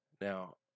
Now